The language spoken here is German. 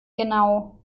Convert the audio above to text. genau